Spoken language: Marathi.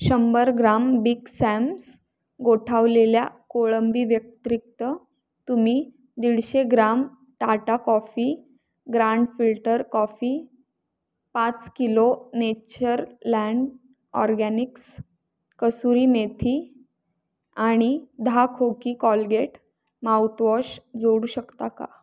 शंभर ग्राम बिग सॅम्स गोठवलेल्या कोळंबी व्यतिरिक्त तुम्ही दीडशे ग्राम Tata coffee grand filter coffee पाच kilo Natureland organics kasuri methi आणि दहा खोकी कॉलगेट माउतवॉश जोडू शकता का